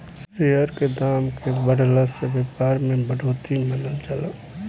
share के दाम के बढ़ला से व्यापार में बढ़ोतरी मानल जाला